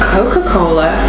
Coca-Cola